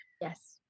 Yes